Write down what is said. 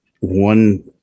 one